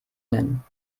nennen